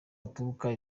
aturuka